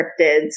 cryptids